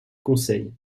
conseil